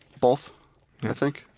both i think.